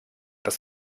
das